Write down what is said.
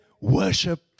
worship